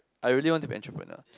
I really want to be entrepreneur